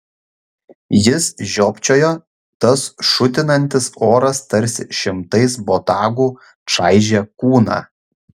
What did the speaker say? jis žiopčiojo tas šutinantis oras tarsi šimtais botagų čaižė kūną